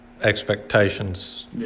expectations